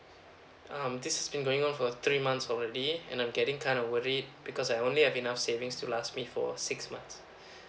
um this been going on for three months already and I'm getting kind of worried because I only have enough savings to last me for six months